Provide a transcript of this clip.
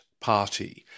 party